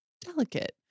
delicate